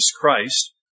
Christ